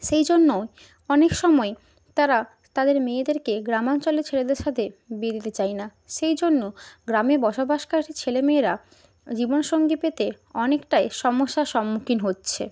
সেই জন্যই অনেক সময় তারা তাদের মেয়েদেরকে গ্রামাঞ্চলে ছেলেদের সাথে বিয়ে দিতে চায় না সেই জন্য গ্রামে বসবাসকারী ছেলে মেয়েরা জীবনসঙ্গী পেতে অনেকটাই সমস্যার সম্মুখীন হচ্ছে